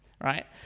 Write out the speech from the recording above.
right